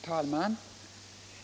Herr talman!